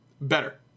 better